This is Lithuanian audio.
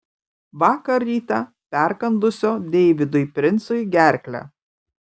vakar rytą perkandusio deividui princui gerklę